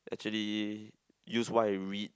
actually use what I read